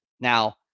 Now